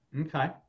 Okay